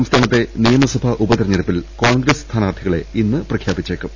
സംസ്ഥാനത്തെ നിയമസഭാ ഉപതെരഞ്ഞെടുപ്പിൽ കോൺഗ്രസ് സ്ഥാനാർത്ഥികളെ ഇന്ന് പ്രഖ്യാപിച്ചേക്കും